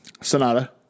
Sonata